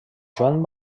joan